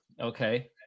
Okay